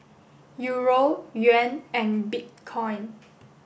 Euro Yuan and Bitcoin